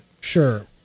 Sure